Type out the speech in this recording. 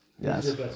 yes